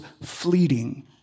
fleeting